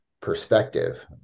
perspective